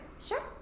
Sure